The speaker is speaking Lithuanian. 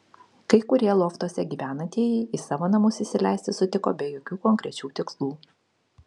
kai kurie loftuose gyvenantieji į savo namus įsileisti sutiko be jokių konkrečių tikslų